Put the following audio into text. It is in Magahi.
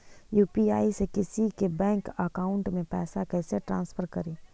यु.पी.आई से किसी के बैंक अकाउंट में पैसा कैसे ट्रांसफर करी?